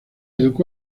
educó